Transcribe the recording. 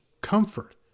comfort